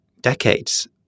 decades